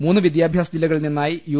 മൂന്ന് വിദ്യാഭ്യാസ ജില്ലകളിൽ നിന്നായി യു